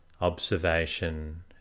observation